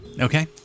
Okay